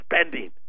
spending